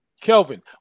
Kelvin